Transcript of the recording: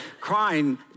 crying